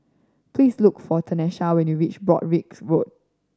please look for Tenisha when you reach Broadrick Road